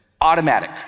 automatic